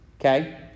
Okay